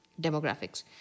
demographics